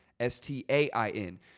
S-T-A-I-N